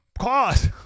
cause